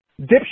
dipshit